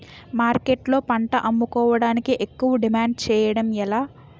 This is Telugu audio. మార్కెట్లో పంట అమ్ముకోడానికి ఎక్కువ డిమాండ్ చేయడం ఎలా?